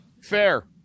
fair